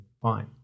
fine